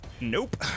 Nope